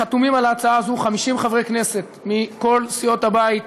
חתומים על ההצעה הזו 50 חברי כנסת מכל סיעות הבית.